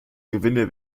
gewinne